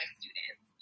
students